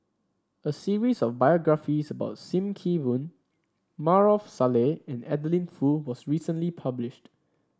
a series of biographies about Sim Kee Boon Maarof Salleh and Adeline Foo was recently published